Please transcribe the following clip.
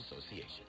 Association